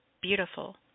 Beautiful